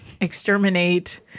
exterminate